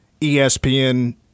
ESPN